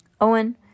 Owen